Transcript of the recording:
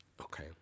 Okay